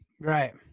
Right